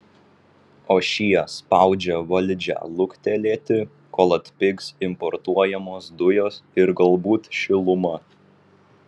o šie spaudžia valdžią luktelėti kol atpigs importuojamos dujos ir galbūt šiluma